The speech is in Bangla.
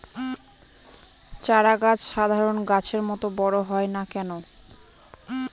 চারা গাছ সাধারণ গাছের মত বড় হয় না কেনো?